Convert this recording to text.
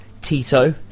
Tito